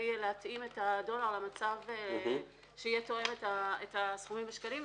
להתאים את הדולר למצב שיהיה תואם את הסכומים בשקלים.